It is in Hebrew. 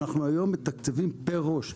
אנחנו היום מתקצבים פר ראש.